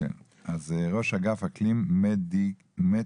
אז ראש אגף אקלים מטיגציה.